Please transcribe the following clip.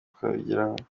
twabigeraho